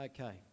Okay